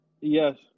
Yes